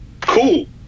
Cool